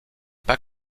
pas